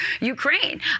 Ukraine